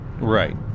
right